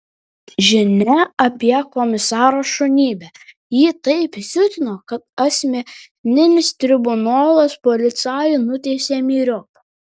žinia apie komisaro šunybę jį taip įsiutino kad asmeninis tribunolas policajų nuteisė myriop